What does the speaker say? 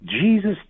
jesus